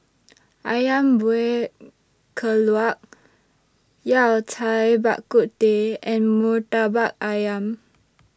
Ayam Buah Keluak Yao Cai Bak Kut Teh and Murtabak Ayam